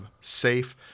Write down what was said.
safe